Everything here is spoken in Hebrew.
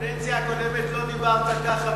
בקדנציה הקודמת לא דיברת ככה,